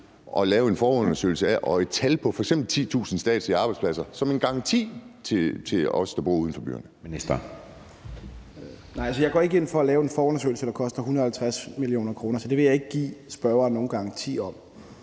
at lave en forundersøgelse af det med et tal på, f.eks. 10.000 statslige arbejdspladser, som en garanti til os, der bor uden for byerne?